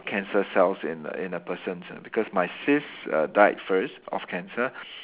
cancer cells in a in a person ah because my sis err died first of cancer